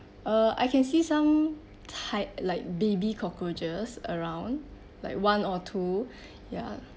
uh I can see some ti~ like baby cockroaches around like one or two ya